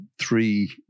three